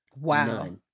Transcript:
Wow